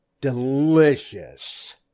delicious